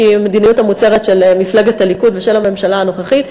שהיא המדיניות המוצהרת של מפלגת הליכוד ושל הממשלה הנוכחית,